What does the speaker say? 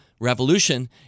revolution